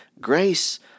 Grace